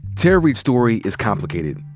tara reade's story is complicated.